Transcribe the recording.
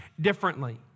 differently